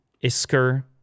Isker